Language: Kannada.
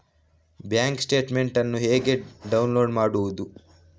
ಬ್ಯಾಂಕ್ ಸ್ಟೇಟ್ಮೆಂಟ್ ಅನ್ನು ಹೇಗೆ ಡೌನ್ಲೋಡ್ ಮಾಡುವುದು?